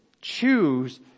choose